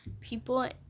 people